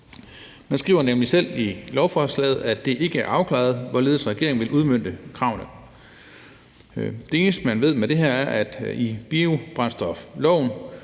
Man skriver nemlig selv i lovforslaget, at det ikke er afklaret, hvorledes regeringen vil udmønte kravene. Det eneste, man ved i forhold til det her, er, at vi i biobrændstofloven,